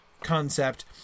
concept